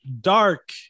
Dark